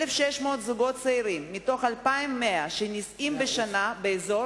1,600 זוגות צעירים מתוך 2,100 שנישאים בשנה באזור